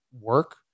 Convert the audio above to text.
work